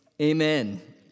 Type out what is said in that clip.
Amen